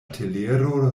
telero